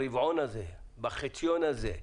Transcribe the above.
ברבעון הזה, בחציון הזה,